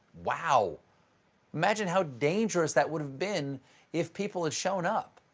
wow imagine how dangerous that would've been if people had shown up!